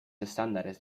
estándares